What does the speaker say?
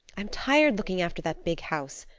i'm tired looking after that big house.